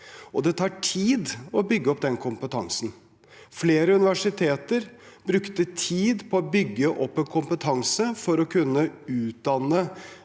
Det tar tid å bygge opp den kompetansen. Flere universiteter brukte tid på å bygge opp kompetanse for å kunne utdanne